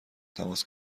تماس